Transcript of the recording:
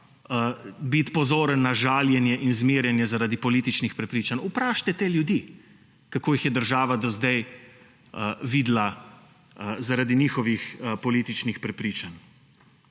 biti pozoren na žaljenje in zmerjanje zaradi političnih prepričanj? Vprašajte te ljudi, kako jih je država do zdaj videla zaradi njihovih političnih prepričanj.